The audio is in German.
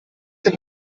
dem